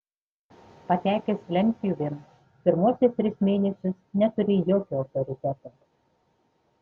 patekęs lentpjūvėn pirmuosius tris mėnesius neturi jokio autoriteto